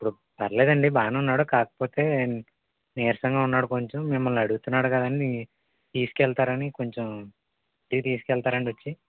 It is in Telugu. ఇప్పుడు పర్లేదు అండి బాగానే ఉన్నాడు కాకపోతే నీరసంగా ఉన్నాడు కొంచెం మిమల్ని అడుగుతున్నాడు కదా అని తీసుకు వెళ్తారని కొంచెం ఇంటికి తీసుకు వెళ్తారా అండి వచ్చి